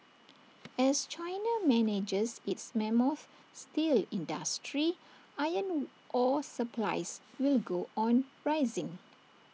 as China manages its mammoth steel industry iron ore supplies will go on rising